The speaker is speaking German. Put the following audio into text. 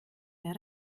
mehr